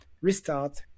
restart